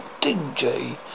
dingy